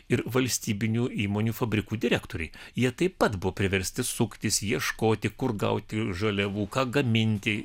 ir valstybinių įmonių fabrikų direktoriai jie taip pat buvo priversti suktis ieškoti kur gauti žaliavų ką gaminti